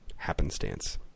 happenstance